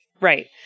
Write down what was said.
Right